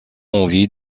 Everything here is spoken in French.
envie